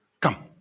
Come